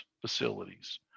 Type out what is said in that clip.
facilities